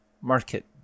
market